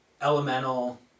elemental